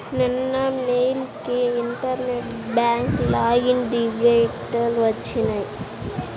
నిన్న మెయిల్ కి internet bank login details వచ్చినియ్యి